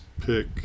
pick